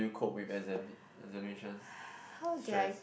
we cope with exams examinations stress